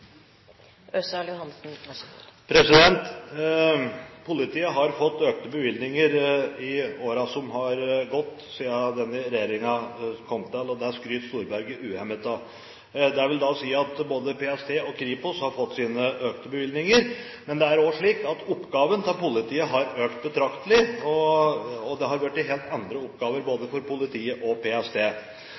det skryter Storberget uhemmet av. Det vil da si at både PST og Kripos har fått sine økte bevilgninger. Men det er også slik at oppgavene til politiet har økt betraktelig, og det har blitt helt andre oppgaver, både for politiet og for PST.